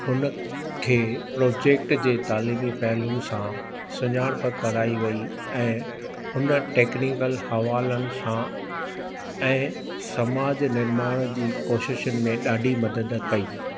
हुन खे प्रोजेक्टु जे तइलीमी पहलुनि सां सुञाणप कराई वेई ऐं हुन टेक्नीकल हवालनि सां ऐं समाजु निर्माणु जी कोशिशुनि में ॾाढी मदद कई